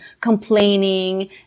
complaining